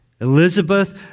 Elizabeth